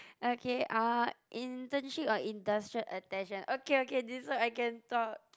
okay uh internship or industrial attachment okay okay this one I can talk